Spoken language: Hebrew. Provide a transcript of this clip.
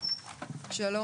4.341